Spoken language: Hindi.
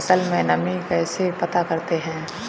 फसल में नमी कैसे पता करते हैं?